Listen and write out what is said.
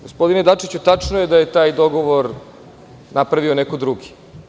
Gospodine Dačiću, tačno je da je taj dogovor na pravio neko drugi.